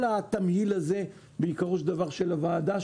כל התמהיל הזה של הוועדה.